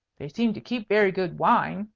they seem to keep very good wine,